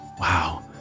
Wow